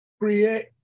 create